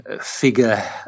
figure